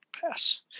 Pass